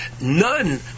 none